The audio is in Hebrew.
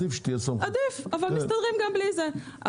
עדיף, אבל מסתדרים גם בלי זה.